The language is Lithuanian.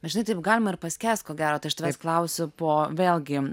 bet žinai taip galima ir paskęst ko gero tai aš tavęs klausiu po vėlgi